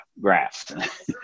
graphs